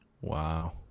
wow